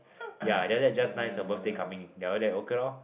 ya then after that just nice her birthday coming then after that okay lor